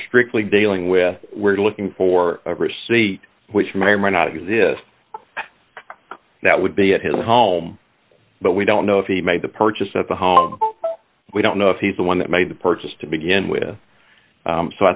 strictly dealing with we're looking for a receipt which may or may not exist that would be at his home but we don't know if he made the purchase at the home we don't know if he's the one that made the purchase to begin with so i